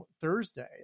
Thursday